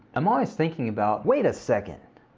i'm always thinking about wait a second!